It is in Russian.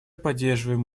поддерживаем